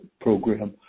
program